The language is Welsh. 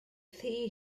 thŷ